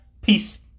peace